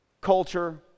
culture